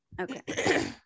okay